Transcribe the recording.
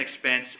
expense